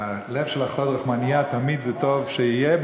לב של אחות רחמנייה תמיד טוב שיהיה,